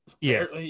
Yes